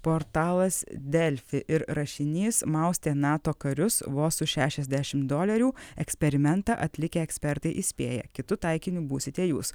portalas delfi ir rašinys maustė nato karius vos už šešiasdešimt dolerių eksperimentą atlikę ekspertai įspėja kitu taikiniu būsite jūs